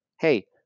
Hey